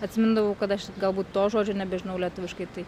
atsimindavau kad aš galbūt to žodžio nebežinau lietuviškai tai